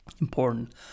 Important